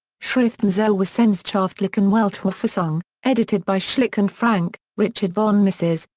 schriften zur wissenschaftlichen weltauffassung, edited by schlick and frank richard von mises,